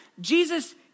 Jesus